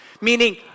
Meaning